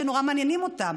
שנורא מעניינים אותם,